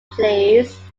plays